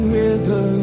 river